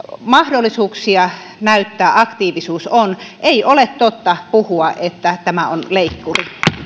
mahdollisuuksia näyttää aktiivisuutta on ei ole totta jos puhutaan että tämä on leikkuri